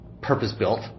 purpose-built